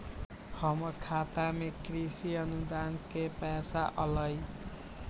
हमर खाता में कृषि अनुदान के पैसा अलई?